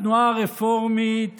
התנועה הרפורמית